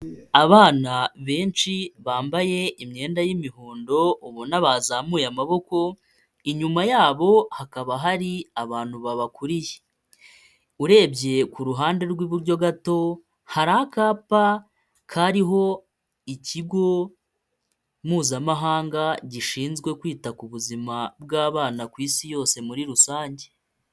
Abana benshi bambaye imyenda y'imihondo ubona bazamuye amaboko, inyuma yabo hakaba hari abantu babakuriye, urebye ku ruhande rw'iburyo gato, hari akapa kariho ikigo mpuzamahanga gishinzwe kwita ku buzima bw'abana ku isi yose muri rusange.